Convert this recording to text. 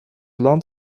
land